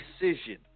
Decision